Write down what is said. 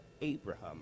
Abraham